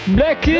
Black